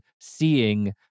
seeing